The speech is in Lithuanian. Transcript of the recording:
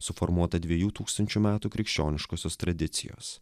suformuotą dviejų tūkstančių metų krikščioniškosios tradicijos